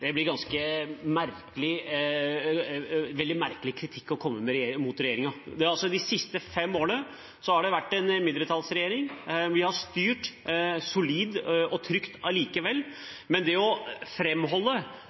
blir en veldig merkelig kritikk å komme med. De siste fem årene har det vært en mindretallsregjering, men den har styrt solid og trygt allikevel.